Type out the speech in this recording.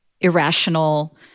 irrational